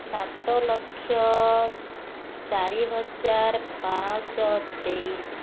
ସାତଲକ୍ଷ ଚାରିହଜାର ପାଞ୍ଚ ଶହ ତେଇଶ